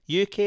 UK